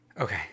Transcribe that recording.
Okay